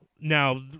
Now